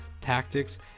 tactics